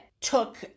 took